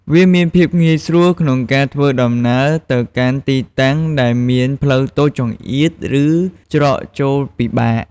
វាមានភាពងាយស្រួលក្នុងការធ្វើដំណើរទៅកាន់ទីតាំងដែលមានផ្លូវតូចចង្អៀតឬច្រកចូលពិបាក។